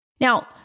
Now